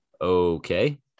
Okay